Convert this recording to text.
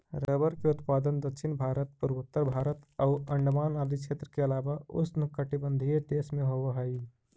rubber के उत्पादन दक्षिण भारत, पूर्वोत्तर भारत आउ अण्डमान आदि क्षेत्र के अलावा उष्णकटिबंधीय देश में होवऽ हइ